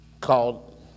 called